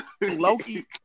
Loki